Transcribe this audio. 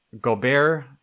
Gobert